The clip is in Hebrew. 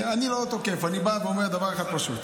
אני לא תוקף, אני בא ואומר דבר אחד פשוט.